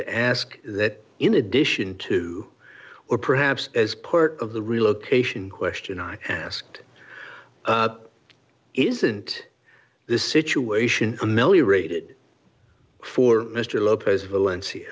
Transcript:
to ask that in addition to or perhaps as part of the relocation question i asked isn't this situation a one million rated for mr lopez valencia